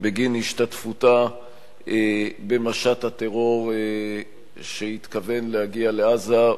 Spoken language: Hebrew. בגין השתתפותה במשט הטרור שהתכוון להגיע לעזה,